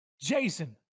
Jason